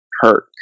hurt